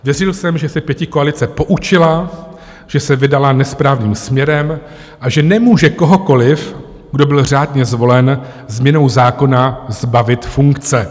Věřil jsem, že se pětikoalice poučila, že se vydala nesprávným směrem a že nemůže kohokoliv, kdo byl řádně zvolen, změnou zákona zbavit funkce.